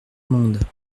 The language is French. monde